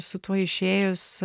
su tuo išėjus